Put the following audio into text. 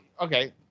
okay